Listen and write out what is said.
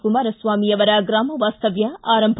ಕುಮಾರಸ್ವಾಮಿ ಅವರ ಗ್ರಾಮ ವಾಸ್ತವ್ಯ ಆರಂಭ